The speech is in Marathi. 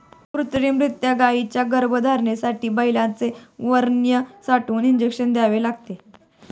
कृत्रिमरीत्या गायींच्या गर्भधारणेसाठी बैलांचे वीर्य साठवून इंजेक्शन द्यावे लागते